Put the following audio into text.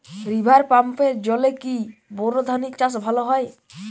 River পাম্পের জলে কি বোর ধানের চাষ ভালো হয়?